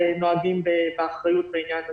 ונוהגים באחריות בעניין הזה.